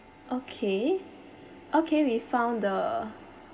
okay okay we found the